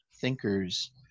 thinkers